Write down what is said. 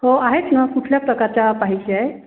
हो आहेत ना कुठल्या प्रकारच्या पाहिजे आहेत